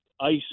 ice